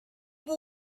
wow